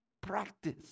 practice